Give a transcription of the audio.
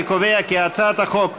אני קובע כי הצעת החוק אושרה.